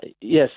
Yes